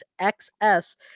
XS